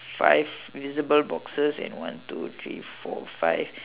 five visible boxes in one two three four five